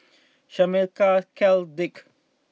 Shameka Cal Dirk